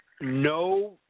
no